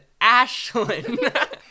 Ashlyn